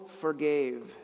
forgave